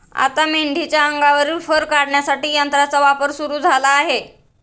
आता मेंढीच्या अंगावरील फर काढण्यासाठी यंत्राचा वापर सुरू झाला आहे